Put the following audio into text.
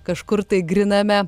kažkur tai gryname